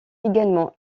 également